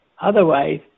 Otherwise